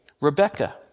Rebecca